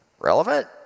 relevant